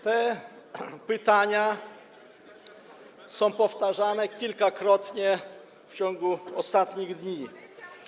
Te pytania są powtarzane kilkakrotnie w ciągu ostatnich dni.